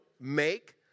make